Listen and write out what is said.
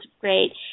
great